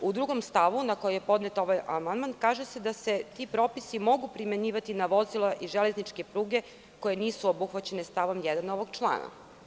U drugom stavu na koji je podnet ovaj amandman, kaže se da se ti propisi mogu primenjivati na vozila i železničke pruge koje nisu obuhvaćene stavom 1. ovog člana.